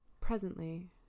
Presently